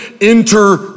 Enter